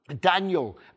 Daniel